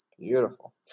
Beautiful